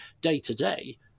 day-to-day